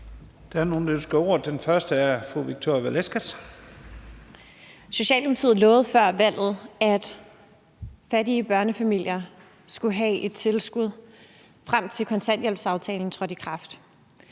Kl. 11:33 Victoria Velasquez (EL): Socialdemokratiet lovede før valget, at fattige børnefamilier skulle have et tilskud, frem til at kontanthjælpsaftalen trådte i kraft.